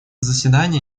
заседание